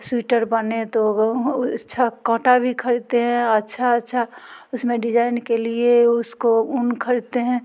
sweater बने तो वो अच्छा काँटा भी ख़रीदते हैं अच्छा अच्छा उसमें डिजाइन के लिए उसको ऊन ख़रीदते हैं